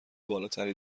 بالاتری